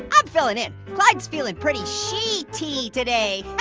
i'm filling in. clyde's feeling pretty sheet-y today.